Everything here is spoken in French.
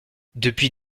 depuis